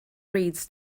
reeds